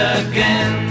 again